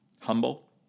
humble